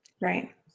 Right